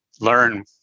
learn